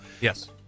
Yes